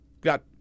got